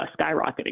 skyrocketing